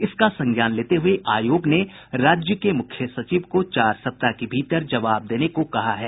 इसका संज्ञान लेते हुए आयोग ने राज्य के मुख्य सचिव को चार सप्ताह के भीतर जवाब देने को कहा है